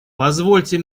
позвольте